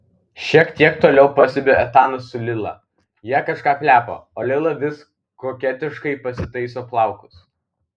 šiek tiek toliau pastebiu etaną su lila jie kažką plepa o lila vis koketiškai pasitaiso plaukus